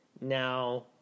now